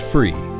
Free